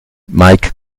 mike